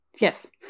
Yes